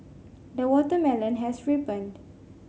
the watermelon has ripened